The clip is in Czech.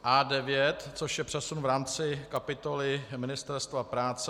A9, což je přesun v rámci kapitoly Ministerstva práce.